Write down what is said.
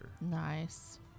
Nice